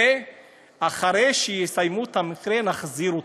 ואחרי שיסיימו את המכרה נחזיר אתכם.